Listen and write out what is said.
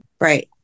Right